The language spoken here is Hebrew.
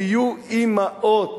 תהיו אמהות,